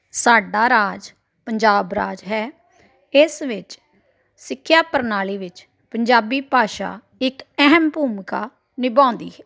ਸਾਡਾ ਰਾਜ ਪੰਜਾਬ ਰਾਜ ਹੈ ਇਸ ਵਿੱਚ ਸਿੱਖਿਆ ਪ੍ਰਣਾਲੀ ਵਿੱਚ ਪੰਜਾਬੀ ਭਾਸ਼ਾ ਇੱਕ ਅਹਿਮ ਭੂਮਿਕਾ ਨਿਭਾਉਂਦੀ ਹੈ